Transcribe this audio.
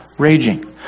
raging